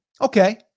Okay